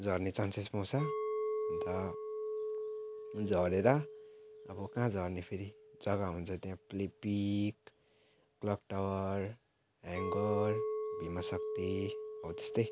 झर्ने चान्सेस पाउँछ अन्त झरेर अब कहाँ झर्ने फेरि जगा हुन्छ त्यहाँ लिप पिक क्लक टावर ह्याङ्गर भिमा शक्ति हो त्यस्तै